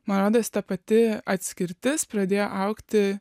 man rodos ta pati atskirtis pradėjo augti